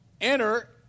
enter